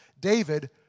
David